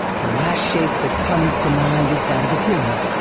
the last shape that comes to mind is that of a pyramid,